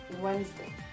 Wednesday